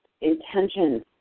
intentions